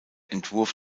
entwurf